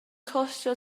costio